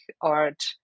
art